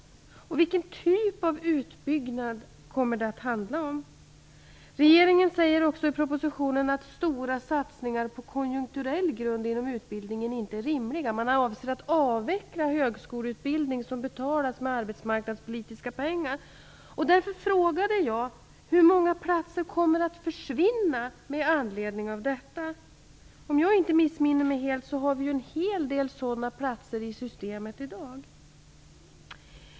Vilken typ av utbyggnad kommer det att handla om? Regeringen säger också i propositionen att stora satsningar på konjunkturell grund inom utbildningen inte är rimliga. Man avser att avveckla högskoleutbildning som betalas med arbetsmarknadspolitiska pengar. Därför frågade jag: Hur många platser kommer att försvinna med anledning av detta? Om jag inte missminner mig helt har vi en hel del sådana platser i systemet i dag.